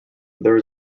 there